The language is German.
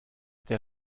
der